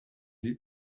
die